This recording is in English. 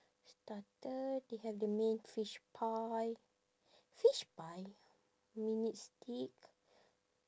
starter they have the main fish pie fish pie minute steak